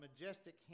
majestic